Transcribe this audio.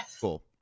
Cool